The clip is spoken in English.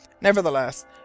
Nevertheless